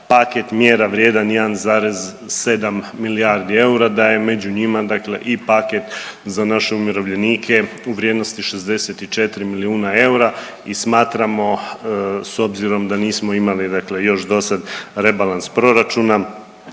paket mjera vrijedan 1,7 milijardi eura, da je među njima dakle i paket za naše umirovljenike u vrijednosti 64 milijuna eura i smatramo s obzirom da nismo imali dakle još dosad rebalans proračuna